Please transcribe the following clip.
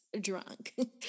drunk